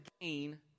gain